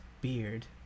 beard